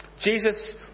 jesus